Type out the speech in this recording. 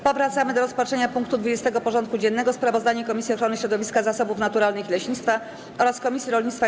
Powracamy do rozpatrzenia punktu 20. porządku dziennego: Sprawozdanie Komisji Ochrony Środowiska, Zasobów Naturalnych i Leśnictwa oraz Komisji Rolnictwa i